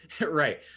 right